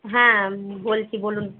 হ্যাঁ বলছি বলুন